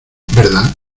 verdad